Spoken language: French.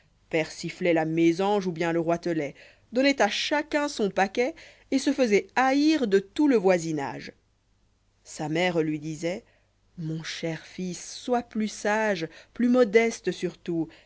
persifloit la mésange ou bien le roitelet dpnnoit à chacun son paquet et se faisoit haïr de tout le voisinage sa mère lui disoit mon cher fils sois plus sage plus modeste surtout